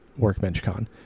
WorkbenchCon